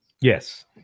Yes